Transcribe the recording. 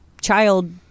child